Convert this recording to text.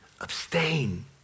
abstain